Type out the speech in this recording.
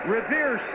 Revere